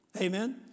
Amen